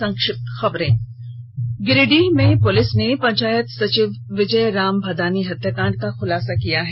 संक्षिप्त खबरें गिरिडीह पुलिस ने पंचायत सचिव विजय राम भदानी हत्याकांड का खुलासा कर दिया है